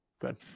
good